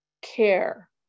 care